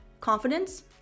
confidence